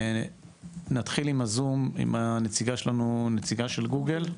נתחיל עם הזום, עם הנציגה שלנו, נציגה של גוגל,